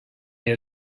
your